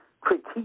critique